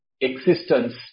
existence